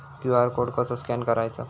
QR code कसो scan करायचो?